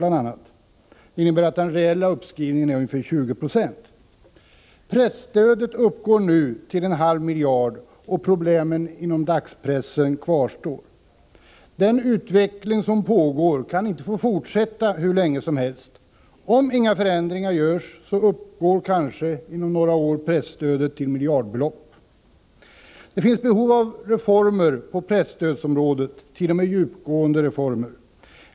Det innebär att den reella uppskrivningen är ungefär 20 96. Presstödet uppgår nu till en halv miljard kronor, och problemen inom dagspressen kvarstår. Den utveckling som pågår kan inte få fortsätta hur länge som helst. Om inga förändringar görs, uppgår presstödet inom några år kanske till miljardbelopp. Det finns behov av reformer inom presstödsområdet, t.o.m. djupgående reformer.